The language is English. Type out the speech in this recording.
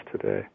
today